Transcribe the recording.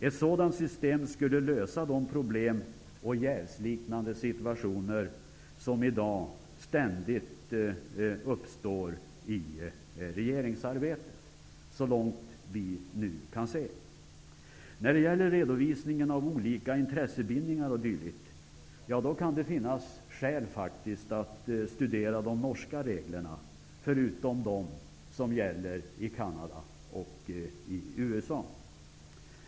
Ett sådant system skulle lösa de problem och jävsliknande situationer som i dag ständigt uppstår i regeringsarbetet så långt vi kan se. När det gäller redovisningar av olika intressebindningar o.dyl. kan det finnas skäl att studera de norska reglerna, förutom dem som gäller i Canada och USA.